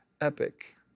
epic